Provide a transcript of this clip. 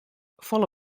folle